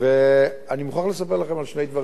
ואני מוכרח לספר לכם על שני דברים.